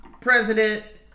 President